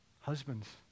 Husbands